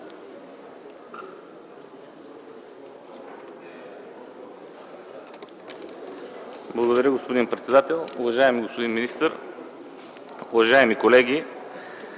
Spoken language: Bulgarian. Благодаря, господин председател. Уважаеми господин министър, уважаеми колеги!